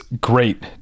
great